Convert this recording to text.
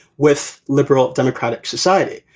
with liberal democratic society.